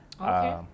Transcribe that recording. Okay